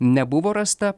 nebuvo rasta